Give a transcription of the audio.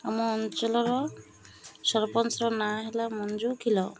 ଆମ ଅଞ୍ଚଳର ସରପଞ୍ଚର ନାଁ ହେଲା ମଞ୍ଜୁ ଖିଲ